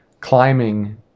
climbing